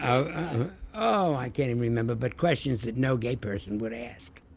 oh oh i can't and remember, but questions that no gay person would ask.